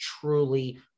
truly